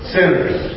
sinners